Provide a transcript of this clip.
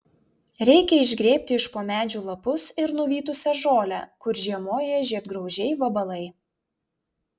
reikia išgrėbti iš po medžių lapus ir nuvytusią žolę kur žiemoja žiedgraužiai vabalai